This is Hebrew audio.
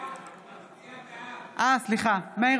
אינה